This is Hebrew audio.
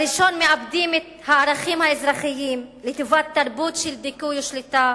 בראשון מאבדים את הערכים האזרחיים לטובת תרבות של דיכוי ושליטה,